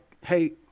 hey